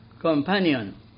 companion